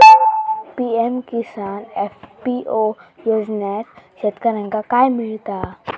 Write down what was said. PM Kisan FPO योजनाच्यात शेतकऱ्यांका काय मिळता?